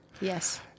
Yes